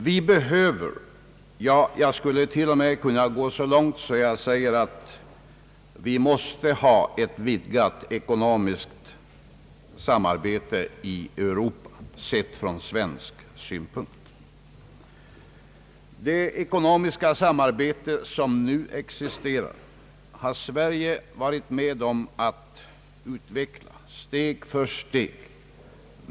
Vi behöver, ja, jag skulle t.o.m. kunna gå så långt att jag säger att vi, sett från svensk synpunkt, måste ha ett vidgat ekonomiskt samarbete i Europa. Det ekonomiska samarbete som nu existerar har Sverige varit med om att utveckla steg för steg.